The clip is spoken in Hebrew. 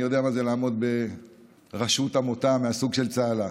אני יודע מה זה לעמוד בראשות עמותה מהסוג של "צהלה".